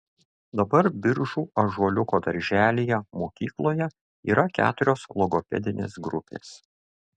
dabar biržų ąžuoliuko darželyje mokykloje yra keturios logopedinės grupės